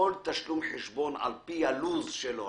תשלום חשבון על פי הלו"ז שלו.